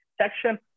section